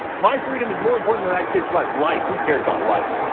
my freedom is more important than that kid's life. life, who cares about life?